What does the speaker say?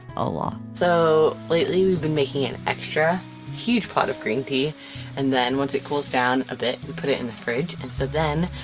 a lot. so lately, we've been making an extra huge pot of green tea and then once it cools down a bit we and put it in the fridge and so then,